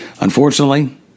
unfortunately